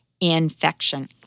infection